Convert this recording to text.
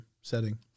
setting